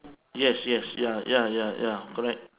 yes yes ya ya ya ya correct